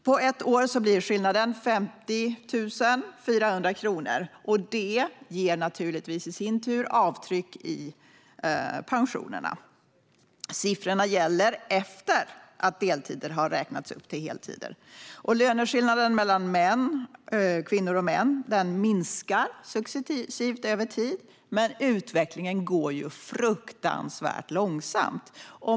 På ett år blir skillnaden 50 400 kronor. Och det gör naturligtvis i sin tur avtryck i pensionerna. Siffrorna gäller efter att deltider har räknats upp till heltider. Löneskillnaderna mellan kvinnor och män minskar successivt över tid, men utvecklingen går fruktansvärt långsamt.